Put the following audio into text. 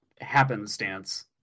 happenstance